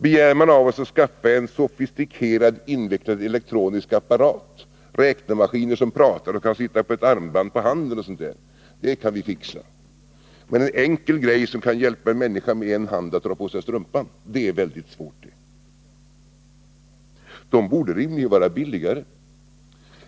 Begär man av oss att skaffa en sofistikerad och invecklad elektronisk apparat — räknemaskiner som pratar och kan sitta på ett band på armen och sådant — så nog kan vi fixa det. Men en enkel grej som kan hjälpa en människa med en hand att dra på sig strumpan är det väldigt svårt att få fram. Sådana enkla saker borde rimligen vara billigare.